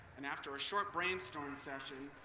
and after a short brainstorm session,